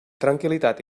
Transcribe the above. tranquil·litat